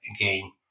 again